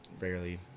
rarely